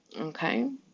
Okay